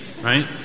right